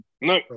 No